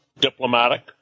diplomatic